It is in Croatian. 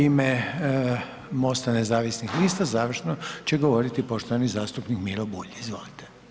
U ime Mosta nezavisnih lista, završno će govoriti poštovani zastupnik Miro Bulj, izvolite.